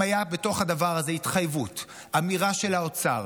אם הייתה בתוך הדבר הזה התחייבות, אמירה של האוצר,